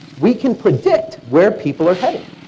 we can predict where people are headed.